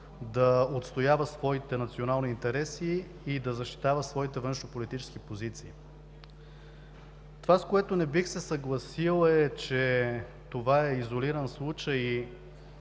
да отстоява своите национални интереси и да защитава своите външнополитически позиции. Това, с което не бих се съгласил, е, че това е изолиран случай